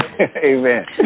Amen